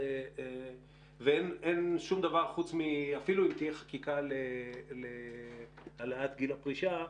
אפילו אם תהיה חקיקה להעלאת גיל הפרישה,